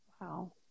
Wow